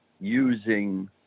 using